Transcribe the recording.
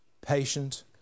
patient